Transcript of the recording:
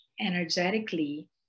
energetically